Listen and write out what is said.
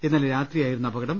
ഇന്നലെ രാത്രിയായിരുന്നു അപകടം